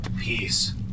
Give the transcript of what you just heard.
Peace